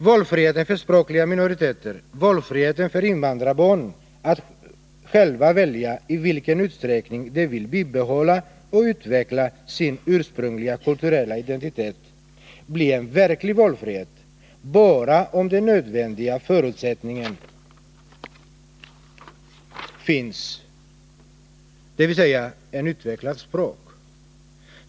Valfriheten för språkliga minoriteter — valfriheten för invandrarbarnen att själva välja i vilken utsträckning de vill bibehålla och utveckla sin ursprungliga kulturella identitet — blir en verklig valfrihet bara om den nödvändiga förutsättningen för valfriheten finns, dvs. ett utvecklat språk.